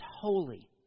holy